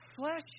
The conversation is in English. flesh